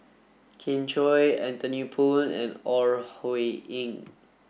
Kin Chui Anthony Poon and Ore Huiying